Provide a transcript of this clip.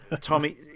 Tommy